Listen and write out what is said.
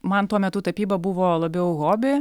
man tuo metu tapyba buvo labiau hobi